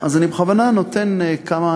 אז אני בכוונה נותן כמה